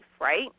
right